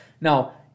Now